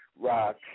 rock